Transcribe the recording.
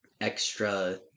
extra